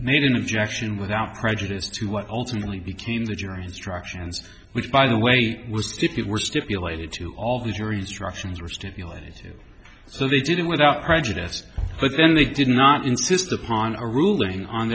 made an objection without prejudice to what ultimately became the jury instructions which by the way was stupid were stipulated to all the jury instructions were stipulated so they did it without prejudice but then they did not insist upon a ruling on